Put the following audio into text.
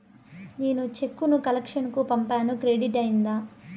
నేను చెక్కు ను కలెక్షన్ కు పంపాను క్రెడిట్ అయ్యిందా